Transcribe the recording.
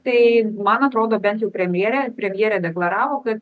tai man atrodo bent jau premjerė premjerė deklaravo kad